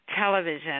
television